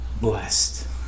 blessed